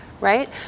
Right